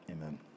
Amen